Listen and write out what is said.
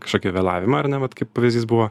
kažkokį vėlavimą ar ne vat kaip jis buvo